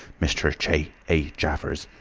mr. ah j. a. jaffers.